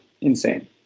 insane